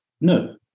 No